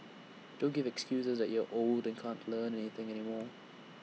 don't give excuses that you're old and can't Learn Anything anymore